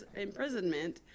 imprisonment